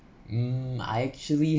um I actually